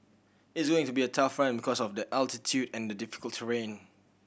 it's going to be a tough run because of the altitude and the difficult terrain